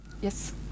yes